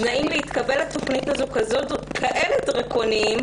התנאים להתקבל לתוכנית הזאת כל כך דרקוניים